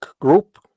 group